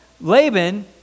Laban